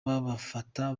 babafata